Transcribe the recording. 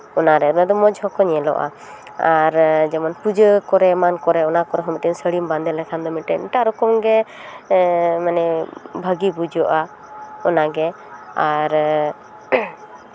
ᱚᱱᱟᱨᱮ ᱚᱱᱟᱫᱚ ᱢᱚᱡᱽ ᱦᱚᱸᱠᱚ ᱧᱮᱞᱚᱜᱼᱟ ᱟᱨ ᱡᱮᱢᱚᱱ ᱯᱩᱡᱟᱹ ᱠᱚᱨᱮᱜ ᱮᱢᱟᱱ ᱠᱚᱨᱮᱜ ᱚᱱᱟ ᱠᱚᱨᱮᱜ ᱦᱚᱸ ᱢᱤᱫᱴᱟᱱ ᱥᱟᱹᱲᱤᱢ ᱵᱟᱸᱫᱮ ᱞᱮᱠᱷᱟᱱ ᱫᱚ ᱢᱟᱱᱮ ᱮᱴᱟᱜ ᱨᱚᱠᱚᱢ ᱜᱮ ᱮ ᱢᱟᱱᱮ ᱵᱷᱟᱹᱜᱤ ᱵᱩᱡᱷᱟᱹᱜᱼᱟ ᱚᱱᱟᱜᱮ ᱟᱨ